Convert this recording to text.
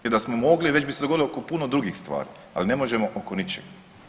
Jer da smo mogli, već bi se dogovorili oko puno drugih stvari, ali ne možemo oko ničega.